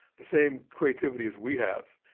the same creativity as we have,